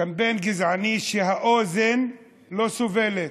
קמפיין גזעני שהאוזן לא סובלת,